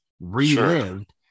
relived